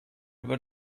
über